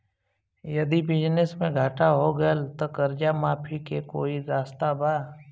यदि बिजनेस मे घाटा हो गएल त कर्जा माफी के कोई रास्ता बा?